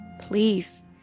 please